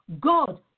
God